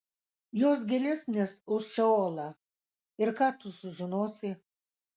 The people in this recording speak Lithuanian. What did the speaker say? jos gilesnės už šeolą ir ką tu sužinosi